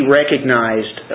recognized